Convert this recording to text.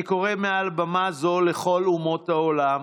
אני קורא מעל במה זו לכל אומות העולם